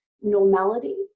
normality